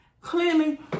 clearly